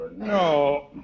No